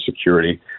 security